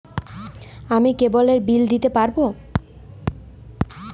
আমি কেবলের বিল দিতে পারবো?